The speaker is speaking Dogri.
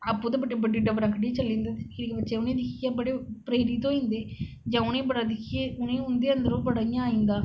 आपूं ते बड्डी बड्डी डबरा चली जंदे ते निक्के निक्के बच्चे उनेंगी दिक्खियै बडे़ प्रेरित होई जंदे उनेंगी बड़ा दिक्खियै उनेंगी उंदे अंदर बड़ा ओह् आई जंदा